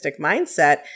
mindset